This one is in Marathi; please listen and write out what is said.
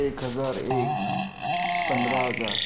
एक हजार एक पंधरा हजार